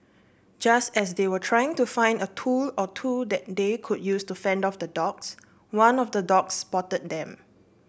just as they were trying to find a tool or two that they could use to fend off the dogs one of the dogs spotted them